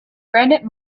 granite